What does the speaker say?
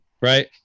right